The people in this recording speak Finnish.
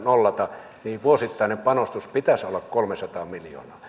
nollata niin vuosittaisen panostuksen pitäisi olla kolmesataa miljoonaa niin